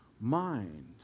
mind